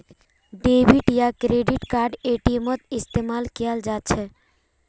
debit या credit card एटीएमत इस्तेमाल कियाल जा छ